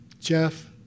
Jeff